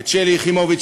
את שלי יחימוביץ,